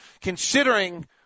considering